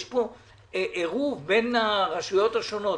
יש פה עירוב בין הרשויות השונות,